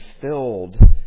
filled